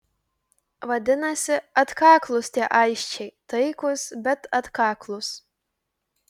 vadinasi atkaklūs tie aisčiai taikūs bet atkaklūs